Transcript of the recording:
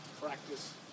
practice